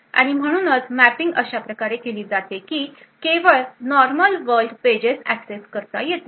आणि म्हणूनच मॅपिंग अशा प्रकारे केली जाते की ती केवळ नॉर्मल वर्ल्ड पेजेस एक्सेस करता येतील